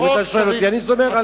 אם אתה שואל אותי, אני סומך עליך.